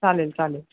चालेल चालेल